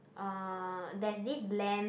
uh there's this lamb